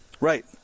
right